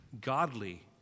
godly